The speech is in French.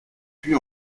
puy